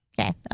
Okay